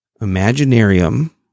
Imaginarium